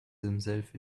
himself